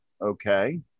okay